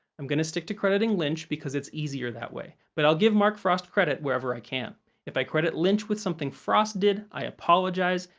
i'm gonna stick to crediting lynch because it's easier that way, but i'll give mark frost credit wherever i can if i credit lynch with something frost did, i apologize.